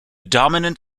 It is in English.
dominant